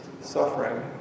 suffering